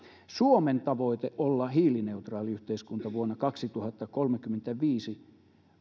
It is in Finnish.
suomen tavoite olla hiilineutraali yhteiskunta vuonna kaksituhattakolmekymmentäviisi